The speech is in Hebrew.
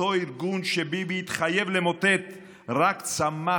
אותו ארגון שביבי התחייב למוטט רק צמח